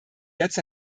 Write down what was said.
jetzt